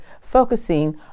focusing